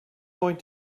going